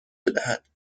بدهد